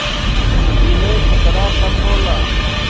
एमे खतरा कम होला